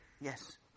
Yes